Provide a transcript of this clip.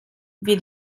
wie